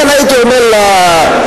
לכן הייתי אומר לאופוזיציה,